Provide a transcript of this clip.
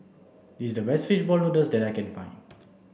this is the best fish ball noodles that I can find